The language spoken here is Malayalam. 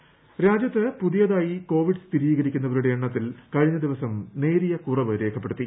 കോവിഡ് ഇന്ത്യ രാജ്യത്ത് പുതിയതായി കോവിഡ് സ്ഥിരീകരിക്കുന്നവരുടെ എണ്ണത്തിൽ കഴിഞ്ഞ ദിവസം നേരിയ കുറവ് രേഖപ്പെടുത്തി